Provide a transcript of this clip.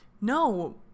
no